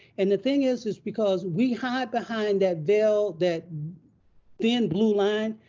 and the thing is, is because we hide behind that veil, that thin blue line,